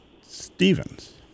Stevens